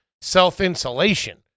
self-insulation